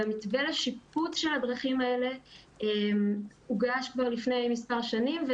ומתווה השיפוץ של הדרכים האלה הוגש כבר לפני מספר שנים.